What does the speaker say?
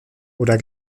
oder